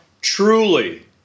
truly